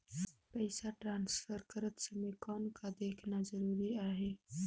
पइसा ट्रांसफर करत समय कौन का देखना ज़रूरी आहे?